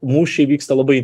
mūšiai vyksta labai